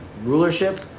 Rulership